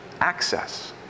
access